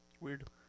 weird